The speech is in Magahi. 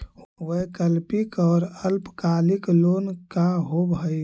वैकल्पिक और अल्पकालिक लोन का होव हइ?